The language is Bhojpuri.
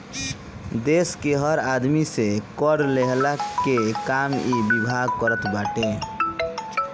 देस के हर आदमी से कर लेहला के काम इ विभाग करत बाटे